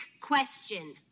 question